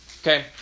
okay